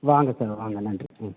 வாங்க சார் வாங்க நன்றி ம்